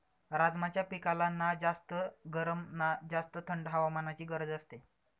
राजमाच्या पिकाला ना जास्त गरम ना जास्त थंड हवामानाची गरज असते